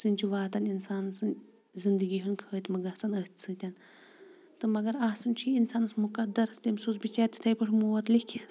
سٕندۍ چھُ واتان انسان سٕندۍ زندگی ہُند خٲتمہٕ گژھان أتھۍ سۭتۍ تہٕ مگر آسان چھُ یہِ انسانس مُقدرس تٔمس اوس بِچارِ تِتھٕے پٲٹھۍ موت لیٚکھِتھ